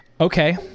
Okay